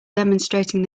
demonstrating